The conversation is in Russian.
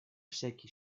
всякий